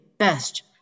best